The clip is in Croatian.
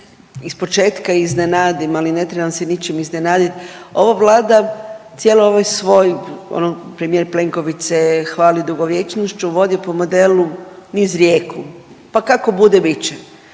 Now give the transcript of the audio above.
ispočetka iznenadim, ali ne trebam se ničim iznenaditi, ova Vlada cijelo ovaj svoj, ono, premijer Plenković se hvali dugovječnošću, vodi po modelu niz rijeku pa kako bude, bit će.